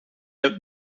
hebt